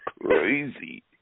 crazy